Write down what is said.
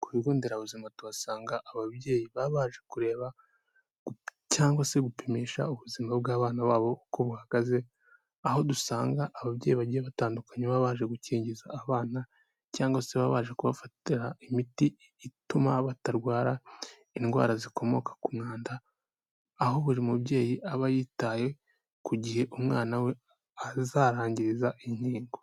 Ku bigo nderabuzima tuhasanga ababyeyi baba baje kureba cyangwa se gupimisha ubuzima bw'abana ba bo uko buhagaze, aho dusanga ababyeyi bagiye batandukanye baba baje gukingiza abana cyangwa se baba baje kubafatira imiti ituma batarwara indwara zikomoka ku mwanda, aho buri mubyeyi aba yitaye ku gihe umwana we azarangiriza inkingo.